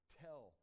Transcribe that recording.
tell